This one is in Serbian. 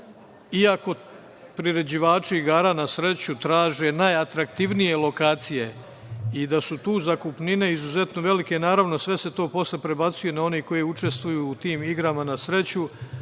iako priređivači igara na sreću traže najatraktivnije lokacije i da su tu zakupnine izuzetno velike, naravno, sve se to posle prebacuje na one koji učestvuju u tim igrama na sreću,